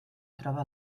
troba